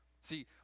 See